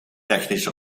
technische